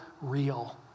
real